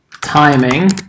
timing